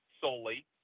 solely